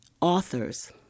authors